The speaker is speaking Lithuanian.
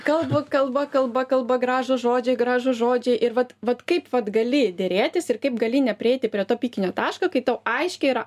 kalba kalba kalba kalba gražūs žodžiai gražūs žodžiai ir vat vat kaip vat gali derėtis ir kaip gali neprieiti prie to pikinio tašką kai tau aiškiai yra